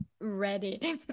ready